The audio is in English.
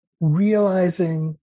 Realizing